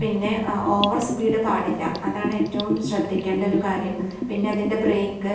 പിന്നെ over speed പാടില്ല അതാണ് ഏറ്റവും ശ്രദ്ധിക്കേണ്ട ഒര് കാര്യം പിന്നെ അതിൻ്റെ ബ്രേക്ക്